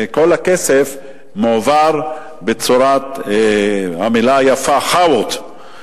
כל הכסף מועבר בצורת המלה היפה "חאוות".